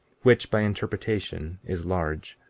which, by interpretation, is large,